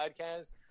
podcast